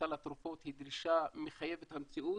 לסל התרופות היא דרישה מחויבת המציאות.